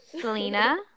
Selena